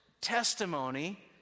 testimony